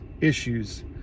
issues